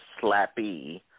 slappy